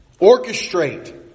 Orchestrate